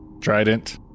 trident